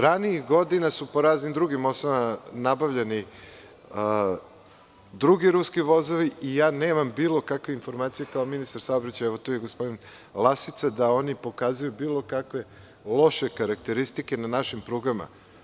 Ranijih godina su po raznim drugim osnovama nabavljani drugi ruski vozovi i ja nemam bilo kakve informacije kao ministar saobraćaja, evo, tu je i gospodin Lasica, da oni pokazuju bilo kakve loše karakteristike na našim prugama.